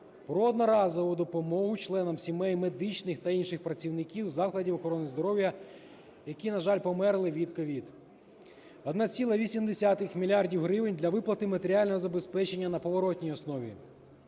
про одноразову допомогу членам сімей медичних та інших працівників закладів охорони здоров'я, які, на жаль, померли від COVID. 1,8 мільярда гривень – для виплати матеріального забезпечення на поворотній основі.